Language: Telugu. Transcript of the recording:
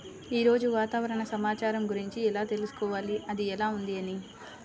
ఈరోజు వాతావరణ సమాచారం గురించి ఎలా తెలుసుకోవాలి అది ఎలా ఉంది అని?